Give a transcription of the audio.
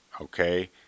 Okay